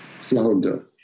flounder